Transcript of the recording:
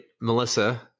Melissa